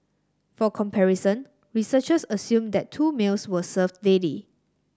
for comparison researchers assumed that two meals were served daily